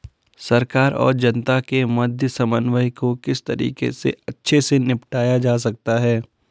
सरकार और जनता के मध्य समन्वय को किस तरीके से अच्छे से निपटाया जा सकता है?